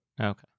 Okay